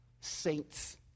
saints